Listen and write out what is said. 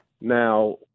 Now